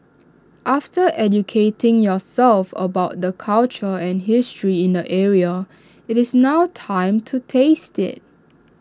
after educating yourself about the culture and history in the area IT is now time to taste IT